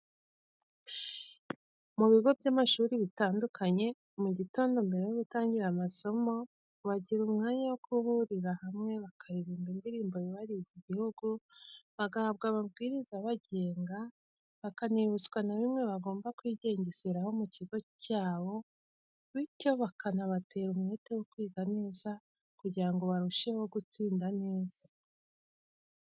Mu bigo by'amashuri bitandukanye, mu gitondo mbere yo gutangira amasomo, bagira umwanya wo guhuriria hamwe bakaririmba indirimbo yubahiriza igihugu, bagahabwa amabwiriza abagenga, bakanibutswa na bimwe bagomba kwigengeseraho mu kigo cyabo bityo bakanabatera umwete wo kwiga neza kugira ngo barusheho gutsinda neza.